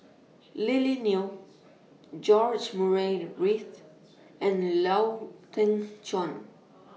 Lily Neo George Murray Reith and Lau Teng Chuan